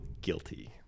guilty